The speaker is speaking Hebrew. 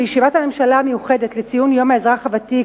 בישיבת הממשלה המיוחדת לציון יום האזרח הוותיק,